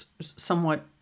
somewhat